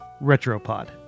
Retropod